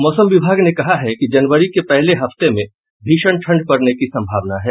मौसम विभाग ने कहा है कि जनवरी के पहले हफ्ते में भीषण ठंड पड़ने की संभावना है